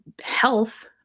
health